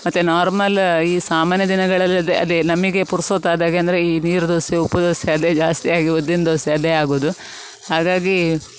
ಮತ್ತು ನಾರ್ಮಲ್ ಈ ಸಾಮಾನ್ಯ ದಿನಗಳಲ್ಲಿ ಅದೇ ಅದೇ ನಮಗೆ ಪುರ್ಸೊತ್ತು ಆದ್ಹಾಗೆ ಅಂದರೆ ಈ ನೀರು ದೋಸೆ ಉಪ್ಪು ದೋಸೆ ಅದೇ ಜಾಸ್ತಿಯಾಗಿ ಉದ್ದಿನ ದೋಸೆ ಅದೇ ಆಗೋದು ಹಾಗಾಗಿ